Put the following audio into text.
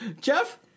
Jeff